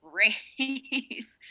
race